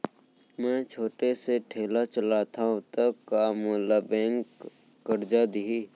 मैं छोटे से ठेला चलाथव त का मोला बैंक करजा दिही?